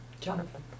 Jonathan